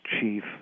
chief